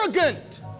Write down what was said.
arrogant